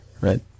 right